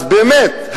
אז באמת,